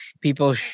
people